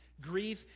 Grief